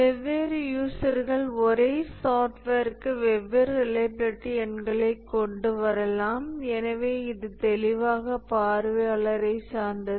வெவ்வேறு யூசர்கள் ஒரே சாஃப்ட்வேருக்கு வெவ்வேறு ரிலையபிலிடி எண்களைக் கொண்டு வரலாம் எனவே இது தெளிவாக பார்வையாளரை சார்ந்தது